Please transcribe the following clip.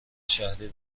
شهری